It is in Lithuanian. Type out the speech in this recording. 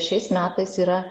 šiais metais yra